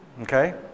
Okay